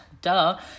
duh